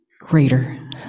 greater